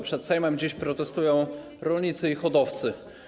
Przed Sejmem dziś protestują rolnicy i hodowcy.